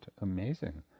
amazing